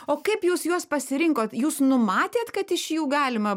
o kaip jūs juos pasirinkot jūs numatėt kad iš jų galima